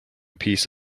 piece